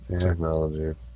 Technology